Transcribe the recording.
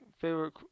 favorite